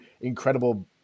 incredible